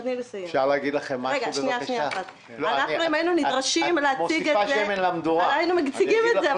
אם היינו נדרשים להציג את זה היינו מציגים את זה,